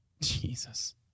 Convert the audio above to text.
Jesus